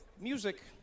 music